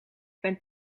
ben